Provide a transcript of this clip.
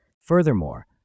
Furthermore